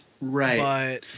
Right